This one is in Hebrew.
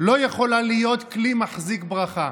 לא יכולה להיות כלי מחזיק ברכה.